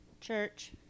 Church